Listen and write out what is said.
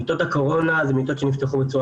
מיטות הקורונה אלה מיטות שנפתחו בצורה